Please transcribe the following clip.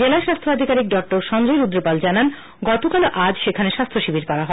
জেলা স্বাস্থ্য আধিকারিক ডা সঞ্জয় রুদ্রপাল জানান গতকাল ও আজ সেখানে স্বাস্থ্য শিবির হয়